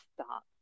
stop